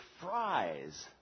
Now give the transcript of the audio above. fries